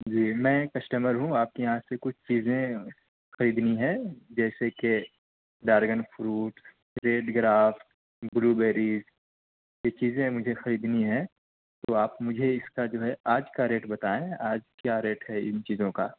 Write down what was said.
جی میں کسٹمر ہوں آپ کے یہاں سے کچھ چیزیں خریدنی ہے جیسے کہ dragon fruit red grape blueberry یہ چیزیں ہمیں خریدنی ہے تو آپ مجھے اس کا جو ہے آج کا ریٹ بتائیں آج کیا ریٹ ہے ان چیزوں کا